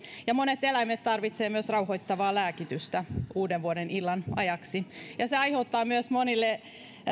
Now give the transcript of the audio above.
ja monet eläimet tarvitsevat myös rauhoittavaa lääkitystä uudenvuodenillan ajaksi ja se aiheuttaa myös monille